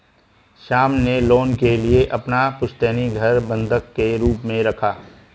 श्याम ने लोन के लिए अपना पुश्तैनी घर बंधक के रूप में रखा